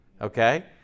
Okay